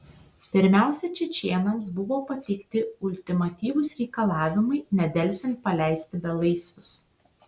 pirmiausia čečėnams buvo pateikti ultimatyvūs reikalavimai nedelsiant paleisti belaisvius